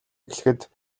эхлэхэд